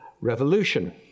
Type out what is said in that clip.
Revolution